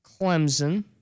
Clemson